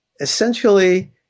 essentially